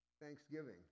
Thanksgiving